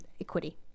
equity